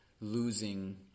losing